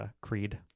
Creed